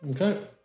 Okay